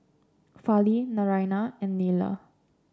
Fali Naraina and Neila